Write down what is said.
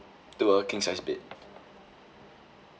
to a king size bed